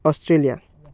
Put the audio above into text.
Australia